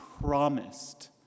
promised